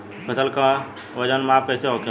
फसल का वजन माप कैसे होखेला?